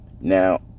Now